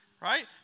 Right